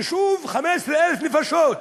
יישוב עם 15,000 נפשות.